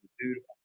beautiful